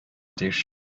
тиеш